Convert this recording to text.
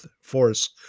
force